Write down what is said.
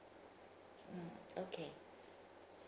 mm okay